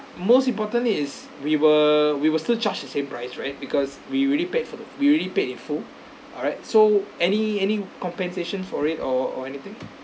most importantly is we were we were still charged the same price right because we already paid for the we already paid in full alright so any any compensation for it or or anything